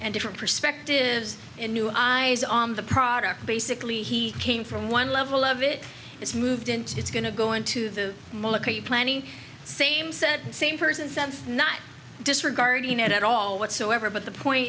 and different perspectives and new eyes on the product basically he came from one level of it it's moved into it's going to go into the planning same said same person sense not disregarding it at all whatsoever but the point